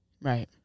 Right